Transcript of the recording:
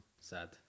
Sad